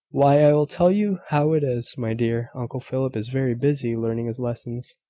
why, i will tell you how it is, my dear. uncle philip is very busy learning his lessons.